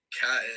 Cat